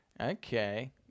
Okay